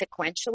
sequentially